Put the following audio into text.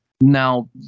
Now